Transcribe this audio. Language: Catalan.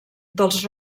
dels